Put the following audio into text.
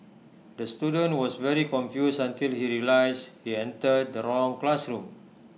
the student was very confused until he realised he entered the wrong classroom